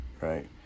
right